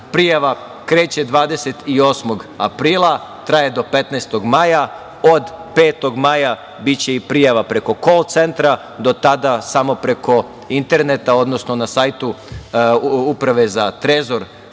Prijava kreće 28.aprila, traje do 15. maja. Od 5. maja biće i prijava preko kol centra. Do tada samo preko interneta, odnosno na sajtu Uprave za trezor